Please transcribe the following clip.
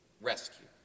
rescue